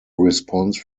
response